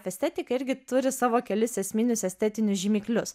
estetika irgi turi savo kelis esminius estetinius žymiklius